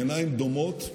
בעיניים דומעות,